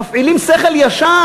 מפעילים שכל ישר,